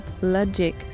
logic